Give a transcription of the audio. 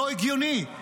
לא הגיוני.